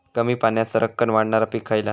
कमी पाण्यात सरक्कन वाढणारा पीक खयला?